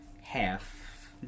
half